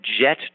jet